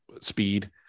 speed